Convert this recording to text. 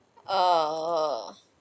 err